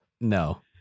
No